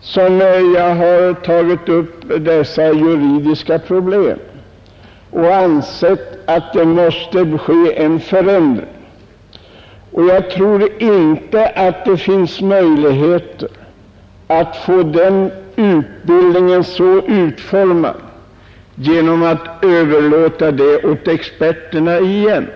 som jag har tagit upp dessa juridiska problem och ansett att en förändring är nödvändig. Jag tror inte det finns möjligheter att få den juridiska utbildningen riktigt utformad genom att anlita experterna igen.